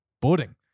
boarding